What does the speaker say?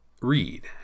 read